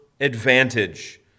advantage